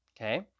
okay